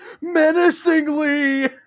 Menacingly